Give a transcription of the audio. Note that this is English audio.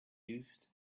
used